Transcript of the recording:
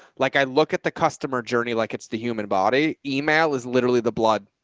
like i look at the customer journey, like it's the human body email is literally the blood.